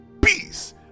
peace